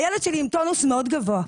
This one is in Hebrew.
הילד שלי עם טונוס מאוד גבוה.